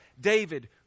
David